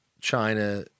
China